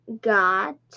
got